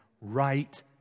right